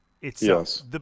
Yes